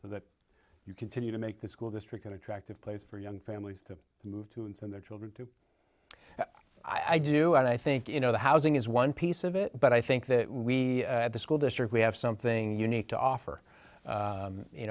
so that you continue to make the school district an attractive place for young families to move to and their children too i do i think you know the housing is one piece of it but i think that we at the school district we have something unique to offer